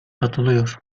katılıyor